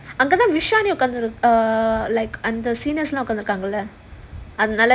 அங்கதான்:angathaan err like கம்மி அந்த:kammi andha seniors லாம் உட்கார்ந்துருக்காங்கல அவங்கலாம்:laam utkaarnthurukaangala avangalaam